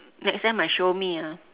next time must show me ah